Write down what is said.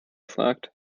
gefragt